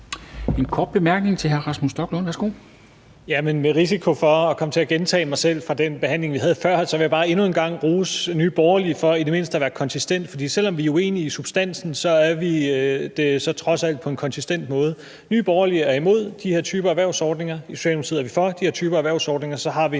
Stoklund. Værsgo. Kl. 17:03 Rasmus Stoklund (S): Med risiko for at gentage mig selv fra den behandling, vi havde før, vil jeg bare endnu en gang rose Nye Borgerlige for i det mindste at være konsistente. For selv om vi er uenige i substansen, er vi det trods alt på en konsistent måde. Nye Borgerlige er imod de her typer af erhvervsordninger, i Socialdemokratiet er vi for de her typer af erhvervsordninger, og så har vi